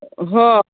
ᱦᱚᱸ